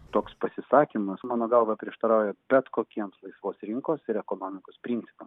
toks pasisakymas mano galva prieštarauja bet kokiems laisvos rinkos ir ekonomikos principam